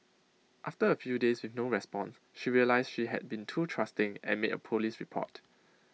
after A few days with no response she realised she had been too trusting and made A Police report